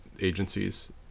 agencies